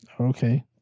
Okay